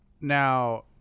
Now